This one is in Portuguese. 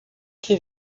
que